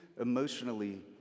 emotionally